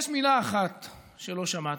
יש מילה אחת שלא שמעתי,